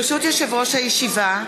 ברשות יושב-ראש הישיבה,